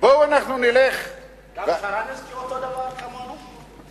גם שרנסקי אותו דבר כמונו?